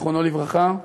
זיכרונו לברכה,